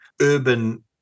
urban